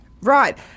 Right